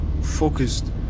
focused